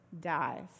dies